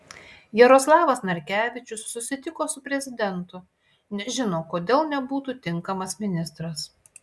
jaroslavas narkevičius susitiko su prezidentu nežino kodėl nebūtų tinkamas ministras